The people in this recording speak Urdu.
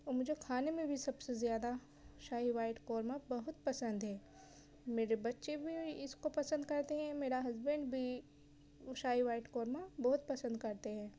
اور مجھے کھانے میں بھی سب سے زیادہ شاہی وائٹ قورمہ بہت پسند ہے میرے بچے بھی اس کو پسند کرتے ہیں میرا ہسبینڈ بھی شاہی وائٹ قورمہ بہت پسند کرتے ہیں